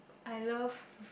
I love